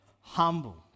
humble